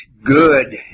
Good